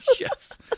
Yes